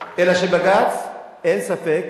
שבג"ץ, אין ספק,